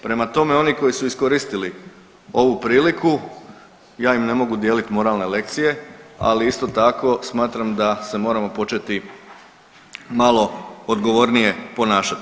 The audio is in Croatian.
Prema tome oni koji su iskoristili ovu priliku ja im ne mogu dijeliti moralne lekcije ali isto tako smatram da se moramo početi mali odgovornije ponašati.